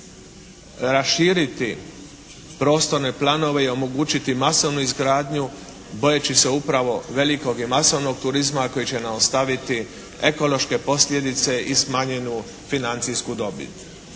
raširiti prostorne planove i omogućiti masovnu izgradnju bojeći se upravo velikog i masovnog turizma koji će nam ostaviti ekološke posljedice i smanjenu financijsku dobit.